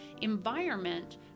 environment